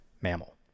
mammal